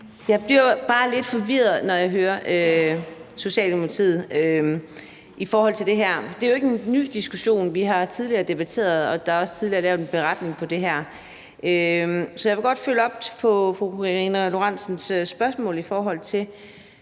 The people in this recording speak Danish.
Jeg bliver bare lidt forvirret, når jeg hører Socialdemokratiet i forhold til det her. Det er jo ikke en ny diskussion. Vi har debatteret det tidligere, og der er også tidligere lavet en beretning om det her, så jeg vil godt følge op på fru Karina Lorentzen Dehnhardts